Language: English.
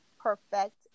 perfect